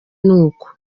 nuko